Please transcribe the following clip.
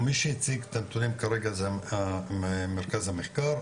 מי שהציג את הנתונים כרגע זה מרכז המחקר,